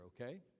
okay